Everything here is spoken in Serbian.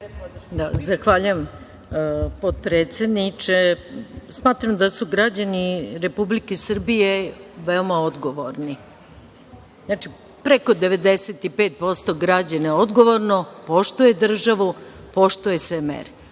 Zahvaljujem, potpredsedniče. Smatram da su građani Republike Srbije veoma odgovorni. Znači, preko 95% građana je odgovorno, poštuje državu, poštuje sve mere,